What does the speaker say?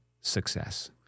success